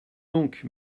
donc